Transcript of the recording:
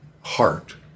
heart